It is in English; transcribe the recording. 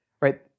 right